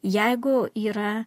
jeigu yra